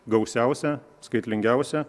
gausiausia skaitlingiausia